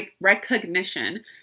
recognition